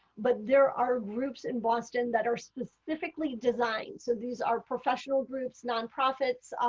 but there are groups in boston that are specifically designed, so these are professional groups, nonprofits